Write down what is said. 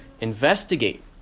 investigate